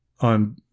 On